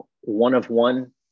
one-of-one